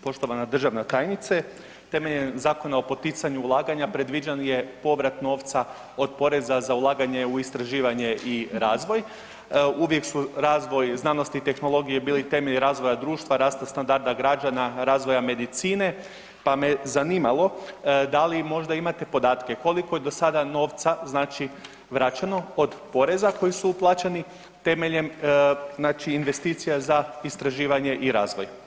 Poštovana državna tajnice, temeljem Zakona o poticanju ulaganja, predviđen je povrat novca od poreza za ulaganje u istraživanje i razvoj, uvijek su razvoj, znanost i tehnologije bili temelj razvoja društva, rasta standarda građana, razvoja medicine, pa me zanimalo da li možda imate podatke koliko je do sada novca znači vraćeno od poreza koji su uplaćeni temeljem znači investicija za istraživanje i razvoj.